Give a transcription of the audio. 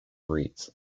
reeds